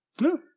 No